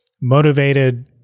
motivated